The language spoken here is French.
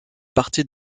partie